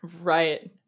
right